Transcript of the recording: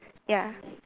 ya